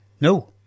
No